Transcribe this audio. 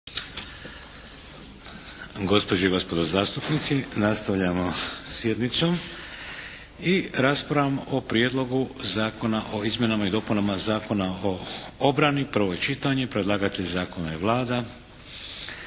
Gospođe i gospodo zastupnici nastavljamo sjednicu i raspravom o - Prijedlog zakona o izmjenama i dopunama Zakona o obrani, prvo čitanje, P.Z. br. 657 Predlagatelj zakona je Vlada.